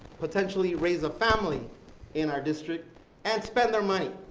potentially raise a family in our district and spend their money